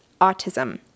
autism